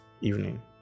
evening